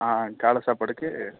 ஆ ஆ காலை சாப்பாடுக்கு